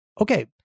Okay